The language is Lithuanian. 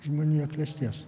žmonija klestės